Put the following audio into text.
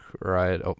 right